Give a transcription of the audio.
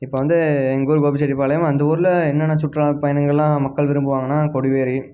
இப்போ வந்து எங்கள் ஊர் கோபிச்செட்டிப்பாளையம் அந்த ஊரில் என்னென்ன சுற்றுலா பயணிகளெலாம் மக்கள் விரும்புவாங்கனால் கொடிவேரி